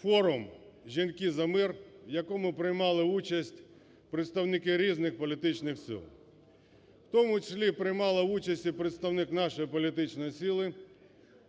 форум "Жінки за мир", в якому приймали участь представники різних політичних сил, в тому числі приймала участь і представник нашої політичної сили